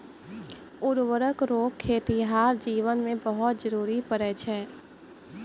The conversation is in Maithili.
उर्वरक रो खेतीहर जीवन मे बहुत जरुरी पड़ै छै